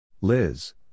Liz